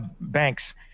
banks